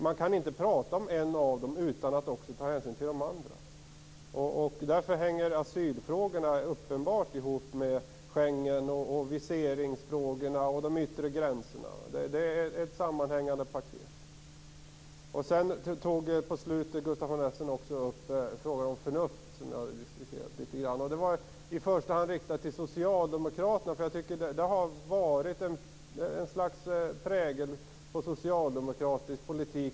Man kan inte prata om en av dem utan att ta hänsyn till de andra. Därför hänger asylfrågorna uppenbart ihop med Schengen, viseringsfrågorna och de yttre gränserna. Det är ett sammanhängande paket. På slutet tog Gustaf von Essen upp frågan om förnuft. Det var i första hand riktat till Socialdemokraterna. Det har varit ett slags prägel på socialdemokratisk politik...